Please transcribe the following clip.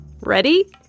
Ready